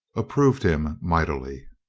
approved him mightily.